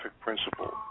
principle